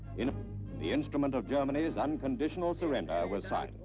you know the instrument of germany's unconditional surrender was signed.